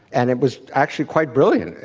and it was actually quite brilliant,